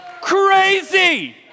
crazy